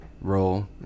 role